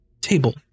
table